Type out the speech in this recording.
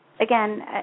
Again